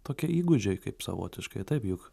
tokie įgūdžiai kaip savotiškai taip juk